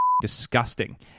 Disgusting